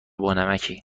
بانمکی